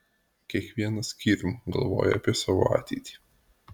kiekvienas skyrium galvoja apie savo ateitį